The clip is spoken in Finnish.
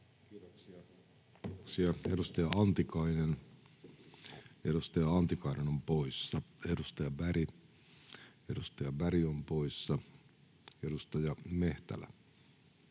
Kiitoksia. — Edustaja Antikainen on poissa, edustaja Berg on poissa, edustaja Mehtälä